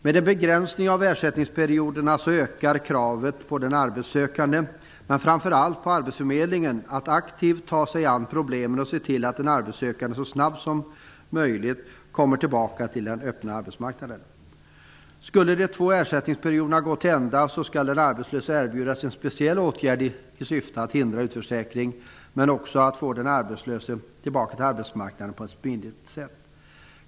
Med en begränsning av ersättningsperioderna ökar kravet på den arbetssökande, men framför allt på arbetsförmedlingen att aktivt ta sig an problemen och se till att den arbetssökande så snabbt som möjligt kommer tillbaka till den öppna arbetsmarknaden. Skulle de två ersättningsperioderna gå till ända skall den arbetslöse erbjudas en speciell åtgärd i syfte att hindra utförsäkring, men också att få den arbetslöse tillbaka till arbetsmarknaden på ett smidigt sätt.